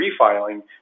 refiling